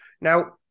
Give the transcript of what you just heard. Now